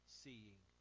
seeing